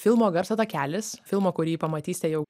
filmo garso takelis filmo kurį pamatysite jau